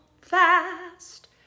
fast